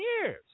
years